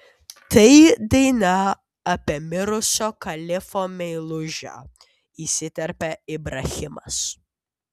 tai daina apie mirusio kalifo meilužę įsiterpė ibrahimas